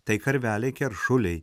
tai karveliai keršuliai